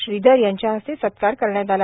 श्रीधर यांच्या हस्ते सत्कार करण्यात आला